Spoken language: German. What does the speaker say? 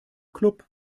club